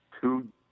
two